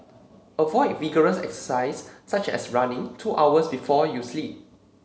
avoid vigorous exercise such as running two hours before you sleep